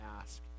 ask